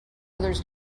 others